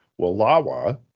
Wallawa